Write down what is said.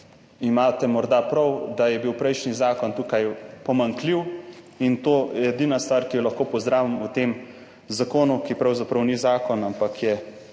imate morda prav, da je bil prejšnji zakon tukaj pomanjkljiv. In to je edina stvar, ki jo lahko pozdravim v tem zakonu, ki pravzaprav ni zakon, ampak je